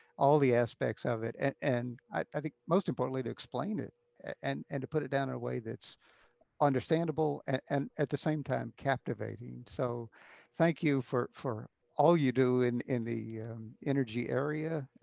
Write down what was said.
all the aspects of it and i think, most importantly, to explain it and and to put it down in a way that's understandable and, at the same time, captivating. so thank you for for all you do in in the energy area.